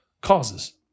causes